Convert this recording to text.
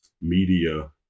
media